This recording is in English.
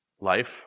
Life